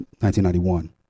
1991